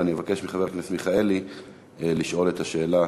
ואני אבקש מחבר הכנסת מיכאלי לשאול את השאלה